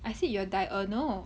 I said you're diurnal